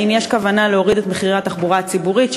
האם יש כוונה להוריד את מחירי הנסיעות בתחבורה הציבורית,